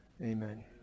Amen